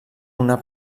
una